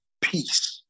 peace